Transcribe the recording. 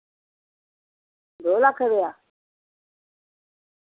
दो लक्ख रपेआ